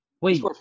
Wait